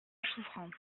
souffrance